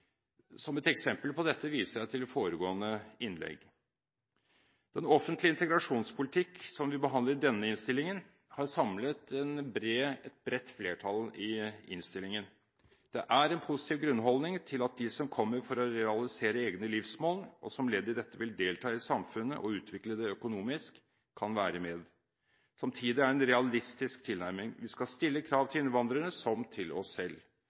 Som et eksempel på dette viser jeg til foregående innlegg. Den offentlige integrasjonspolitikk, som vi behandler i denne innstillingen, har i innstillingen samlet et bredt flertall. Det er en positiv grunnholdning til at de som kommer for å realisere egne livsmål, og som ledd i dette vil delta i samfunnet og utvikle det økonomisk, kan være med. Samtidig er det en realistisk tilnærming. Man skal stille krav til innvandrerne som til oss selv.